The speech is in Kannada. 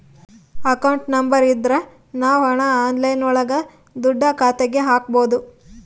ಅಕೌಂಟ್ ನಂಬರ್ ಇದ್ರ ನಾವ್ ಹಣ ಆನ್ಲೈನ್ ಒಳಗ ದುಡ್ಡ ಖಾತೆಗೆ ಹಕ್ಬೋದು